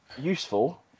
useful